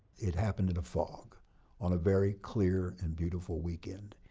it happened in a fog on a very clear and beautiful weekend.